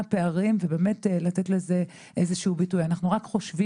צריך לזכור שבשנים האחרונות היו תיקוני חקיקה כאלה ואחרים שמאפשרים